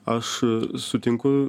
aš sutinku